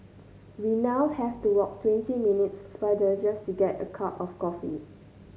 we now have to walk twenty minutes farther just to get a cup of coffee